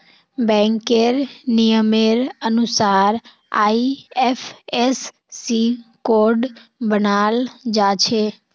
बैंकेर नियमेर अनुसार आई.एफ.एस.सी कोड बनाल जाछे